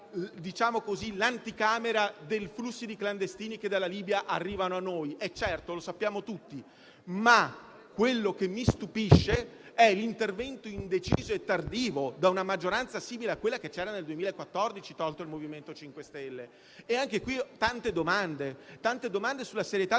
l'anticamera dei flussi di clandestini che dalla Libia arrivano a noi. Certo, lo sappiamo tutti, ma quello che mi stupisce è l'intervento indeciso e tardivo di una maggioranza simile a quella che c'era nel 2014, tolto il MoVimento 5 Stelle. Anche qui, avrei tante domande, sulla serietà